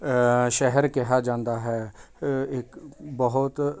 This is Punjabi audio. ਸ਼ਹਿਰ ਕਿਹਾ ਜਾਂਦਾ ਹੈ ਇੱਕ ਬਹੁਤ